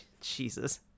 Jesus